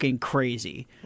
Crazy